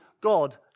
God